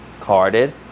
Carded